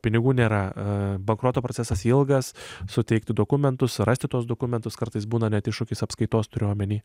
pinigų nėra bankroto procesas ilgas suteikti dokumentus surasti tuos dokumentus kartais būna net iššūkis apskaitos turiu omeny